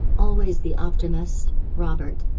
always the optimist, robert.